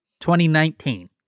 2019